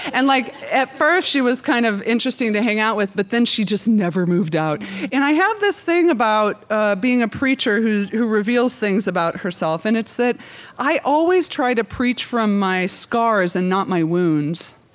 and like at first, she was kind of interesting to hang out with, but then she just never moved out and i have this thing about ah being a preacher who who reveals things about herself, and it's that i always try to preach from my scars and not my wounds.